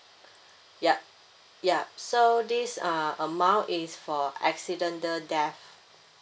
yup yup so this ah amount is for accidental death